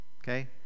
Okay